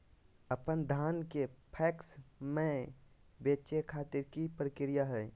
अपन धान के पैक्स मैं बेचे खातिर की प्रक्रिया हय?